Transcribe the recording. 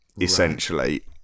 essentially